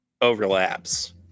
overlaps